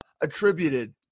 attributed